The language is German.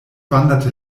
wanderte